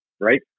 right